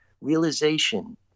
realization